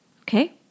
okay